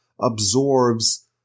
absorbs